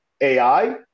AI